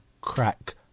crack